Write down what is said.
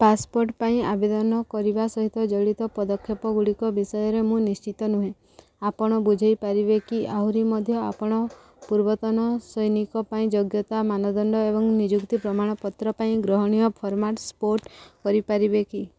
passport ପାଇଁ ଆବେଦନ କରିବା ସହିତ ଜଡ଼ିତ ପଦକ୍ଷେପଗୁଡ଼ିକ ବିଷୟରେ ମୁଁ ନିଶ୍ଚିତ ନୁହେଁ ଆପଣ ବୁଝାଇ ପାରିବେ କି ଆହୁରି ମଧ୍ୟ ଆପଣ ପୂର୍ବତନ ସୈନିକ ପାଇଁ ଯୋଗ୍ୟତା ମାନଦଣ୍ଡ ଏବଂ ନିଯୁକ୍ତି ପ୍ରମାଣପତ୍ର ପାଇଁ ଗ୍ରହଣୀୟ ଫର୍ମାଟ୍ ସ୍ପୋଟ୍ କରିପାରିବେ କି